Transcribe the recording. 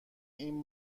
این